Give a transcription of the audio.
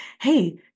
hey